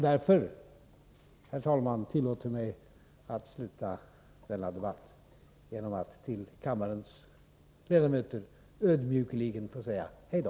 Därför, herr talman, tillåter jag mig att sluta denna debatt genom att till kammarens ledamöter ödmjukligen säga: Hej då!